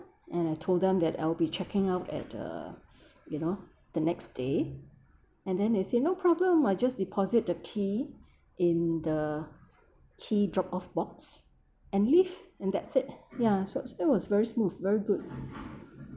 and I told them that I'll be checking out at uh you know the next day and then they say no problem I just deposit the key in the key drop off boxs and leave and that's it ya so it was very smooth very good